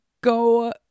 go